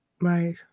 Right